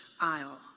aisle